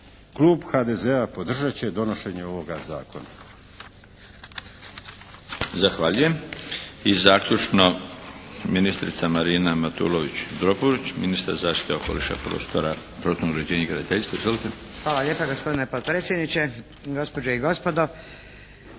Klub HDZ-a podržat će donošenje ovoga zakona.